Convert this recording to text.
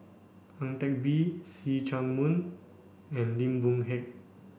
Ang Teck Bee See Chak Mun and Lim Boon Heng